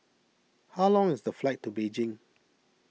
how long is the flight to Beijing